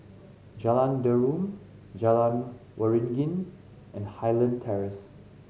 Jalan Derum Jalan Waringin and Highland Terrace